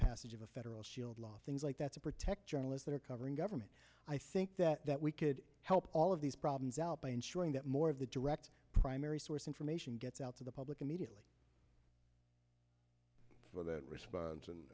passage of a federal shield law things like that to protect journalists that are covering government i think that that we could help all of these problems out by ensuring that more of the direct primary source information gets out to the public immediately for that response and